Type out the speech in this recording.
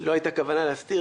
לא הייתה כוונה להסתיר.